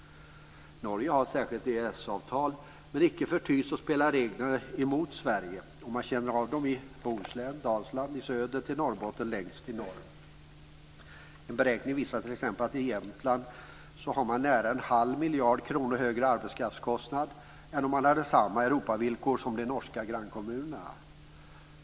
Norge har ett särskilt EES-avtal, men icke förty går reglerna emot Sverige, och det känner man av från Bohuslän och Dalsland i söder till Norrbotten längst i norr. En beräkning visar t.ex. att man i Jämtland har nära en halv miljard kronor högre arbetskraftskostnad än om man hade haft samma Europavillkor som de norska grannkommunerna har.